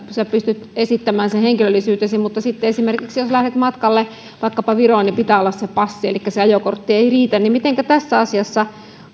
sinä pystyt esittämään sillä henkilöllisyytesi mutta jos esimerkiksi lähdet matkalle vaikkapa viroon niin pitää olla se passi elikkä se ajokortti ei riitä mitenkä tässä asiassa